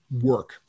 work